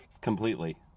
completely